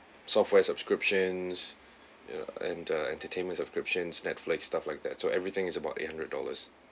software subscriptions you know and uh entertainment subscriptions Netflix stuff like that so everything is about eight hundred dollars